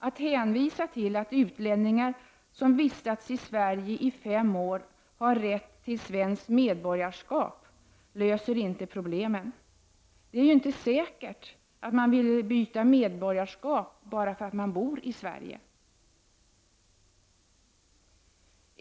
Att hänvisa till att utlänningar som vistats i Sverige i fem år har rätt till svenskt medborgarskap löser inte problemen. Det är ju inte säkert att man vill byta medborgarskap bara för att man bor i Sverige.